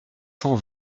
cent